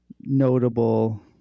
notable